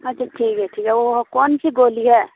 اچھا ٹھیک ہے ٹھیک ہے وہ کون سی گولی ہے